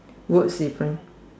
words difference